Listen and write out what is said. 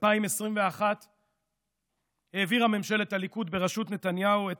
2021 העבירה ממשלת הליכוד בראשות נתניהו את